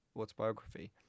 autobiography